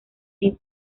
sin